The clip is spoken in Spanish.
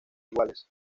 iguales